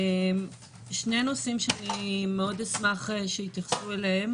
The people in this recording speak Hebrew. שני נושאים שמאוד אשמח שיתייחסו אליהם